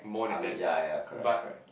I mean ya ya correct correct